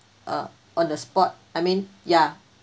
uh on the spot I mean yeah